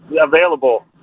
available